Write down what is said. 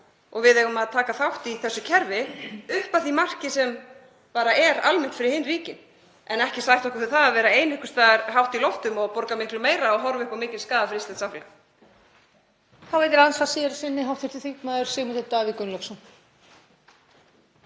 og við eigum að taka þátt í þessu kerfi upp að því marki sem er almennt fyrir hin ríkin en ekki sætta okkur við það að vera ein einhvers staðar hátt í loftum og borga miklu meira og horfa upp á mikinn skaða fyrir íslenskt